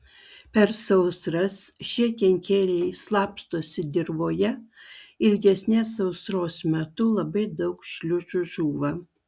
per sausras šie kenkėjai slapstosi dirvoje ilgesnės sausros metu labai daug šliužų žūva